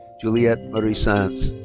juliette marie sanz.